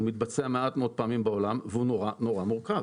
הוא מתבצע מעט מאוד פעמים בעולם והוא נורא נורא מורכב.